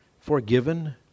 forgiven